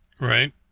Right